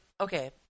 okay